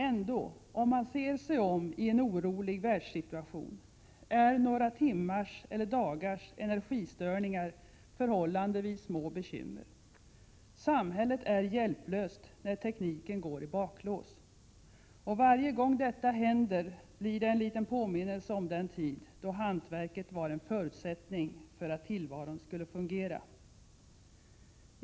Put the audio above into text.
Ändå — om man ser sig om i en orolig världssituation — är några timmars eller dagars energistörningar förhållandevis små bekymmer. Samhället är hjälplöst när tekniken går i baklås. Och varje gång detta händer blir det en liten påminnelse om den tid då hantverket var en förutsättning för att tillvaron skulle fungera.